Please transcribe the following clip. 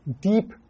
deep